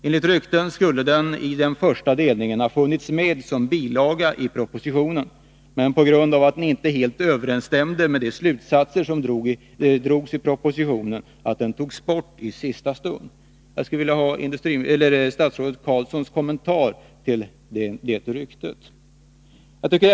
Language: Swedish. Enligt rykten skulle rapporten i den första delningen ha funnits med såsom en bilaga i propositionen. Men på grund av att den inte helt överensstämde med de slutsatser som drogs i propositionen togs den bort i sista stund. Jag skulle vilja ha statsrådets Roine Carlssons kommentarer till detta rykte.